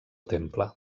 temple